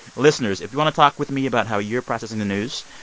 listeners, if you want to talk with me about how you're processing the news,